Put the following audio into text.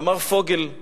תמר פוגל,